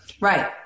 Right